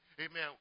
amen